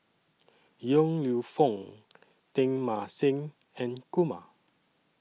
Yong Lew Foong Teng Mah Seng and Kumar